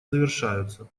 завершаются